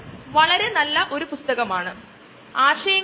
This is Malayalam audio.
ഉദാഹരണത്തിന് എത്തനോൾ ഉണ്ടാകാൻ കോൺ എങ്ങനെ എടുക്കും